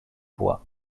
bois